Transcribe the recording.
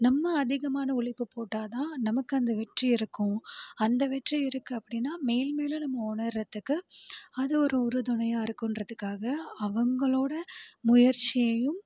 நம்ம அதிகமான உழைப்பு போட்டால்தான் நமக்கு அந்த வெற்றி இருக்கும் அந்த வெற்றி இருக்குது அப்படினா மேல் மேலும் நம்ம உணரத்துக்கு அது ஒரு உறுதுணையாக இருக்குன்றதுக்காக அவங்களோடய முயற்சியையும்